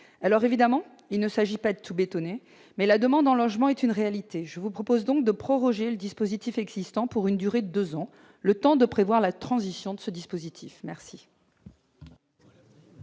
Évidemment, il ne s'agit pas de tout bétonner. Mais la demande en logements est une réalité. Je vous propose donc de proroger le dispositif existant pour une durée de deux ans, le temps de prévoir la transition qu'il exige.